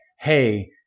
hey